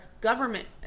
government